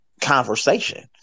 conversation